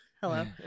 Hello